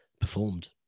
performed